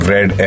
Red